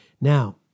Now